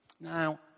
Now